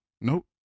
Nope